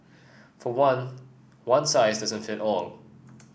for one one size doesn't fit all